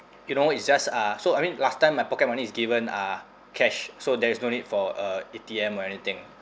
you know it's just uh so I mean last time my pocket money is given uh cash so there is no need for uh A_T_M or anything